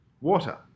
water